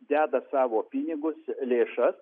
deda savo pinigus lėšas